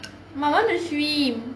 but I want to swim